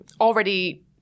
already